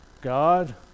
God